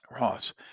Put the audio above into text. Ross